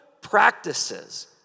practices